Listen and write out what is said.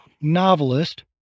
novelist